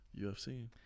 UFC